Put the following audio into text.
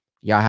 Y'all